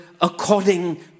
according